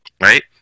right